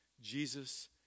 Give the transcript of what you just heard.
Jesus